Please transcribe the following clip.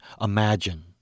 imagine